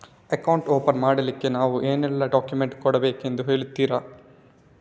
Account open ಮಾಡ್ಲಿಕ್ಕೆ ನಾವು ಏನೆಲ್ಲ ಡಾಕ್ಯುಮೆಂಟ್ ಕೊಡಬೇಕೆಂದು ಹೇಳ್ತಿರಾ?